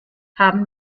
haben